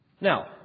Now